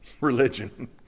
religion